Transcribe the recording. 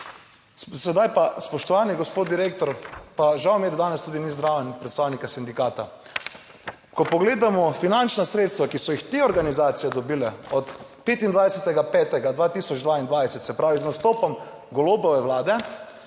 Sedaj pa, spoštovani gospod direktor, pa žal mi je, da danes tudi ni zraven predstavnika sindikata; ko pogledamo finančna sredstva, ki so jih te organizacije dobile od 25. 5. 2022, se pravi z nastopom Golobove vlade,